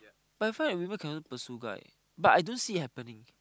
but the fact that people can pursue guys but I don't see it happening